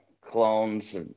clones